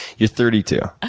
you're thirty two, ah